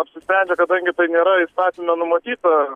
apsispręndžia kadangi tai nėra įstatyme numatyta